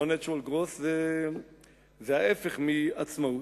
no natural growth זה ההיפך מעצמאות.